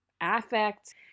affect